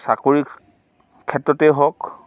চাকৰিৰ ক্ষেত্ৰতেই হওক